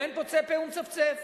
אין פוצה פה ומצפצף.